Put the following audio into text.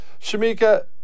Shamika